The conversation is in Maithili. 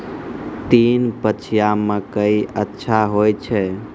तीन पछिया मकई अच्छा होय छै?